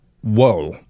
Whoa